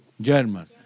German